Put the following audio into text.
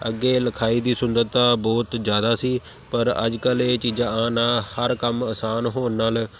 ਅੱਗੇ ਲਿਖਾਈ ਦੀ ਸੁੰਦਰਤਾ ਬਹੁਤ ਜ਼ਿਆਦਾ ਸੀ ਪਰ ਅੱਜ ਕੱਲ੍ਹ ਇਹ ਚੀਜ਼ਾਂ ਆਉਣ ਨਾਲ ਹਰ ਕੰਮ ਆਸਾਨ ਹੋਣ ਨਾਲ